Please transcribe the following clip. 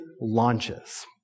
launches